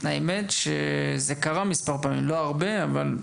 האמת שזה קרה מספר פעמים, לא הרבה, אבל אכזבתם.